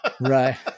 Right